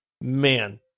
man